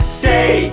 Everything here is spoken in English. stay